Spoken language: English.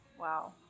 Wow